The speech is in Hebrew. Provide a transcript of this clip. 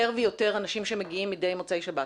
ויותר אנשים שמגיעים מדי מוצאי שבת.